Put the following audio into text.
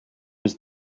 was